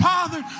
Father